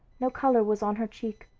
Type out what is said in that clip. no color was on her cheek,